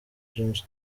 james